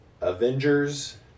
Avengers